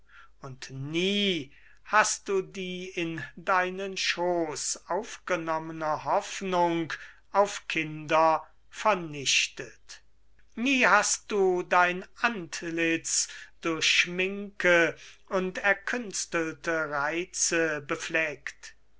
und nie hast du die in deinen schoos aufgenommene hoffnung auf kinder vernichtet nie hast du dein antlitz durch schminke und erkünstelte reize befleckt